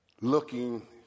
looking